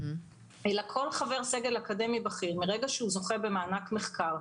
אלא כל חבר סגל אקדמי בכיר מרגע שהוא זוכה במענק מחקר,